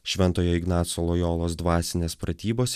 šventojo ignaco lojolos dvasinės pratybos